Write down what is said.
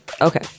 Okay